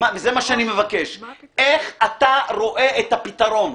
וזה מה שאני מבקש, איך אתה רואה את הפתרון.